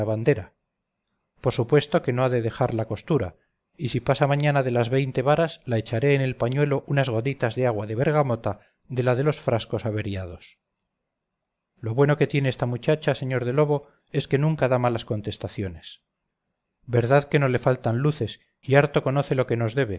por supuesto que no ha de dejar la costura y si pasa mañana de las veinte varas la echaré en el pañuelo unas gotitas de agua de bergamota de la de los frascos averiados lo bueno que tiene esta muchacha sr de lobo es que nunca da malas contestaciones verdad que no le faltan luces y harto conoce lo que nos debe